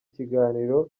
kiganiro